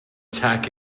tack